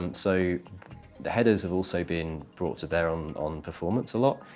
and so the headers have also been brought to bear um on performance a lot.